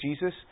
Jesus